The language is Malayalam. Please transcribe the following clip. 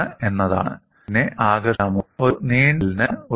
ശേഷിക്കുന്ന ശക്തി രേഖാചിത്രത്തിലും നമ്മൾ അത് പരിശോധിച്ചിട്ടുണ്ട്